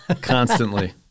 constantly